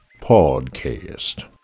Podcast